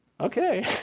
Okay